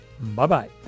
Bye-bye